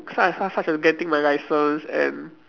such such as getting my license and